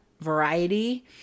variety